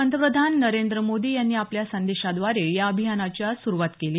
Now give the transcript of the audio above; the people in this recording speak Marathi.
पंतप्रधान नरेंद्र मोदी यांनी आपल्या संदेशाद्वारे या अभियानाची आज सुरुवात केली